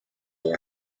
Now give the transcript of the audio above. ill